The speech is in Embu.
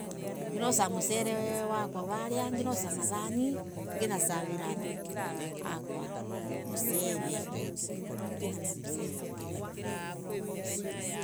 Nginosa mucele wakwa varia nginosa mathani ngina savira andu akwa mucele tunalia mucele tugekara